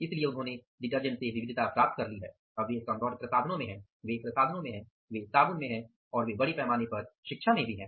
इसलिए उन्होंने डिटर्जेंट से विविधता प्राप्त कर ली है अब वे सौंदर्य प्रसाधनों में हैं वे प्रसाधनों में हैं वे साबुन में हैं और वे बड़े पैमाने पर शिक्षा में हैं